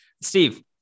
Steve